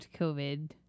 COVID